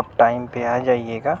آپ ٹائم پہ آ جائیے گا